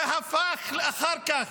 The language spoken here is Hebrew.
זה הפך אחר כך,